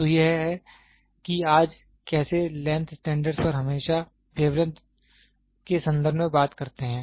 तो यह है कि आज कैसे लेंथ स्टैंडर्ड हम हमेशा वेवलेंथ के संदर्भ में बात करते हैं